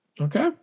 okay